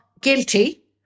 guilty